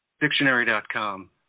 dictionary.com